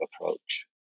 approach